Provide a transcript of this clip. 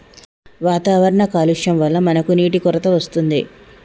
వాతావరణ కాలుష్యం వళ్ల మనకి నీటి కొరత వస్తుంది